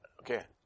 Okay